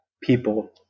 people